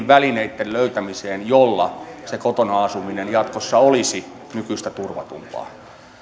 välineitten löytämiseen joilla se kotona asuminen jatkossa olisi nykyistä turvatumpaa